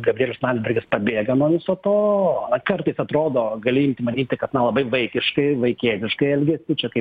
gabrielius landsbergis pabėga nuo viso to kartais atrodo gali imti manyti kad nelabai vaikiškai vaikėziškai elgiasi čia kaip